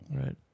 Right